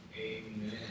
Amen